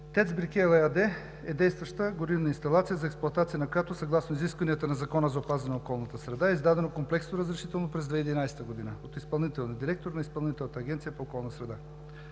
ЕАД е действаща горивна инсталация за експлоатация на която, съгласно изискванията на Закона за опазване на околната среда, е издадено комплексно разрешително през 2011 г. от изпълнителния директор на Изпълнителната агенция по околна среда.